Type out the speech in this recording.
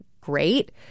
great